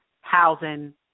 housing